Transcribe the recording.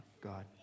God